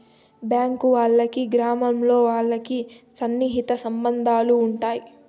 bank వాళ్ళకి గ్రామాల్లో వాళ్ళకి సన్నిహిత సంబంధాలు ఉంటాయి